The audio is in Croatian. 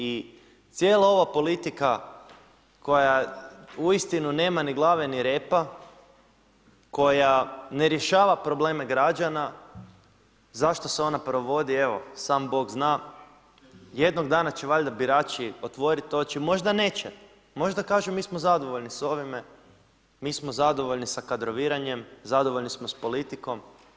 I cijela ova politika koja uistinu nema ni glave ni repa, koja ne rješava probleme građana zašto se ona provodi, evo sam Bog zna, jednog dana će valjda birači otvoriti oči, možda neće, možda kažu mi smo zadovoljni sa ovime, mi smo zadovoljni sa kadroviranjem, zadovoljni smo sa politikom.